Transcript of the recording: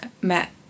met